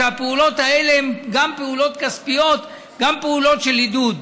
והפעולות האלה הן גם פעולות כספיות וגם פעולות של עידוד.